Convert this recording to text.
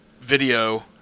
video